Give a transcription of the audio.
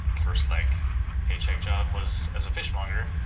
first like paycheck job was as a fishmonger.